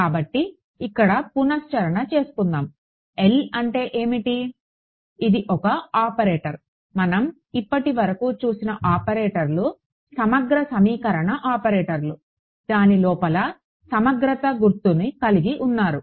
కాబట్టి ఇక్కడ పునశ్చరణ చేసుకుందాము L అంటే ఏమిటి ఇది ఒక ఆపరేటర్ మనం ఇప్పటి వరకు చూసిన ఆపరేటర్లు సమగ్ర సమీకరణ ఆపరేటర్లు దాని లోపల సమగ్రత గుర్తును కలిగి ఉన్నారు